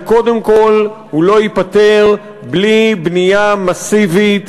וקודם כול הוא לא ייפתר בלי בנייה מסיבית